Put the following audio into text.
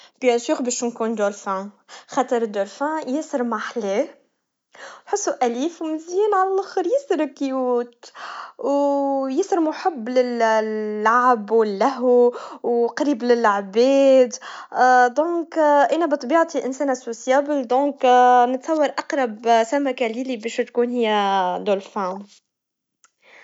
بكل تأكيد باش نكون دولفين, خاطر الدولفين ياسر محلاه, حسه أليف, ونزين عالآخر ياسر كيوت, و ياسر محب لل- لاللعب, واللهو, وقريب للعباد, إذاً أنا بطبيعتي إنسانا إجتماعيا, إذاً نتصور أقرب سمكة ليلي, باش تكون هيا دولفين.